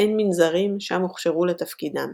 - מעין מנזרים, שם הוכשרו לתפקידם